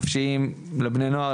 נפשיים לבני נוער,